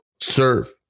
serve